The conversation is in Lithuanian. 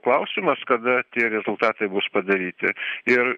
klausimas kada tie rezultatai bus padaryti ir